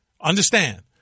Understand